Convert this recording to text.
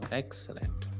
excellent